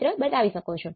કરીશું